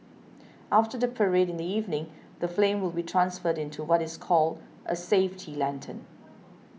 after the parade in the evening the flame will be transferred into what is called a safety lantern